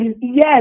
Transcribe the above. Yes